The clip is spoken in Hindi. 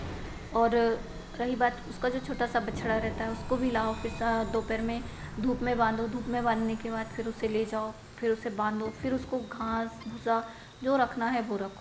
और रही बात उसका जो छोटा सा बछड़ा रहता है उसको भी लाओ फिरसाओ दोपहर धूप में बाँधो धूप में बाँधने के बाद फिर उसे ले जाओ फिर उसे बाँधो फिर उसको घास भूसा जो रखना है वह रखो